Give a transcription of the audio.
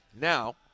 Now